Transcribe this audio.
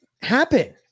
happen